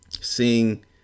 Seeing